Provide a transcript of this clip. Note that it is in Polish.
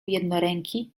jednoręki